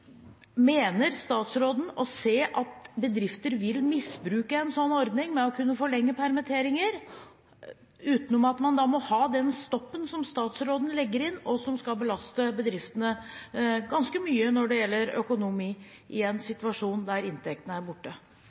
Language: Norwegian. Mener statsråden at bedrifter vil misbruke en sånn ordning med å kunne forlenge permitteringer hvis ikke man har den stoppen som statsråden legger inn, som skal belaste bedriftene ganske mye når det gjelder økonomi i en situasjon der inntektene er borte?